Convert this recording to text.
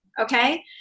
okay